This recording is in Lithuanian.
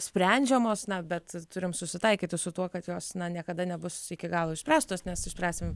sprendžiamos na bet turim susitaikyti su tuo kad jos niekada nebus iki galo išspręstos nes išspręsim